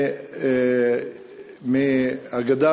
מהגדה